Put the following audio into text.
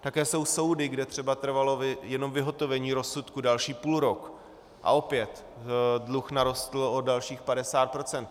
Také jsou soudy, kde třeba trvalo jenom vyhotovení rozsudku další půlrok, a opět dluh narostl o dalších 50 %.